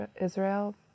Israel